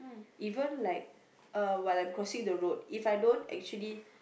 even like uh while I'm crossing the road if I don't actually